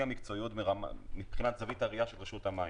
המקצועית מזווית הראייה של רשות המים.